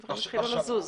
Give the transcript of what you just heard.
דברים יתחילו לזוז.